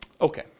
Okay